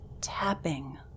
tapping